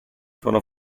tuono